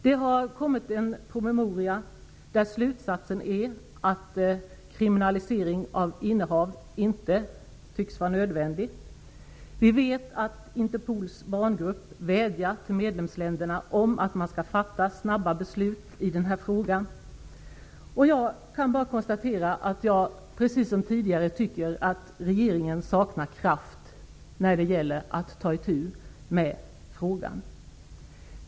Det har kommit en promemoria där slutsatsen är att en kriminalisering av innehav inte tycks vara nödvändig. Vi vet att Interpols barngrupp vädjar till medlemsländerna att de snabbt skall fatta beslut i den här frågan. Jag tycker precis som tidigare att regeringen saknar kraft när det gäller att ta itu med detta.